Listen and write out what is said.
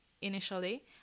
initially